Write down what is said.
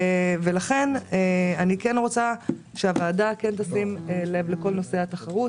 לכן אני רוצה שהוועדה תשים לב לכל נושא התחרות.